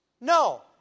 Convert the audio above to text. No